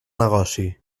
negoci